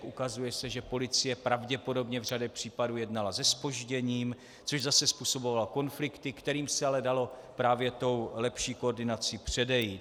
Ukazuje se, že policie pravděpodobně v řadě případů jednala se zpožděním, což zase způsobovalo konflikty, kterým se ale dalo právě tou lepší koordinací předejít.